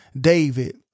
David